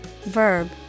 verb